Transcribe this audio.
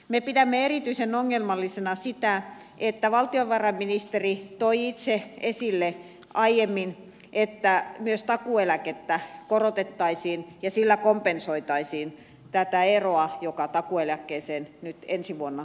me pidämme erityisen ongelmallisena sitä että valtiovarainministeri toi itse esille aiemmin että myös takuu eläkettä korotettaisiin ja sillä kompensoitaisiin tätä eroa joka takuueläkkeeseen nyt ensi vuonna tulee